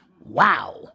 Wow